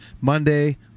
Monday